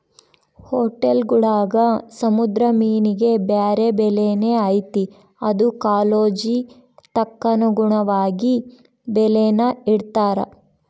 ಹೊಟೇಲ್ಗುಳಾಗ ಸಮುದ್ರ ಮೀನಿಗೆ ಬ್ಯಾರೆ ಬೆಲೆನೇ ಐತೆ ಅದು ಕಾಲೋಚಿತಕ್ಕನುಗುಣವಾಗಿ ಬೆಲೇನ ಇಡ್ತಾರ